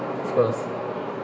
of course